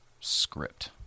script